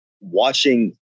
watching